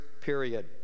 period